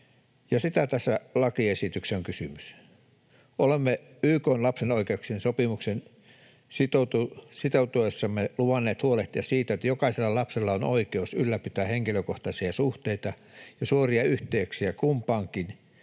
Siitä tässä lakiesityksessä on kysymys. Olemme YK:n lapsen oikeuksien sopimukseen sitoutuessamme luvanneet huolehtia siitä, että jokaisella lapsella on oikeus ylläpitää henkilökohtaisia suhteita ja suoria yhteyksiä kumpaankin